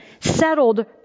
settled